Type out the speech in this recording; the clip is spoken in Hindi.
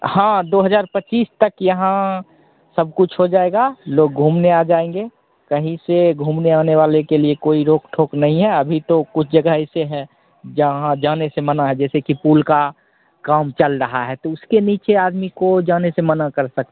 हाँ दो हज़ार पच्चीस तक यहाँ सब कुछ हो जाएगा लोग घूमने आ जाएँगे कहीं से घूमने आने वालों के लिए कोई रोक टोक नहीं है अभी तो कुछ जगह ऐसी हैं जहाँ जाने से मना है जैसे कि पुल का काम चल रहा है तो उसके नीचे आदमी को जाने से मना कर सक